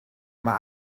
mae